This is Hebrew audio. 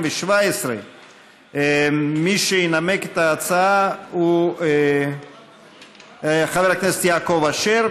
התשע"ח 2017. מי שינמק את ההצעה הוא חבר הכנסת יעקב אשר,